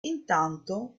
intanto